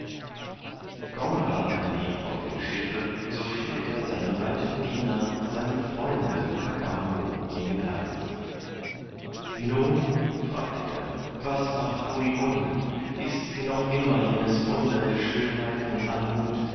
kaum war kandid auf dem schiffe so fiel er seinem alten diener seinem freunde kakambo um den hals nun fragte er was macht kunigunde ist sie noch immer jenes wunder der schönheit und anmuth